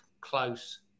close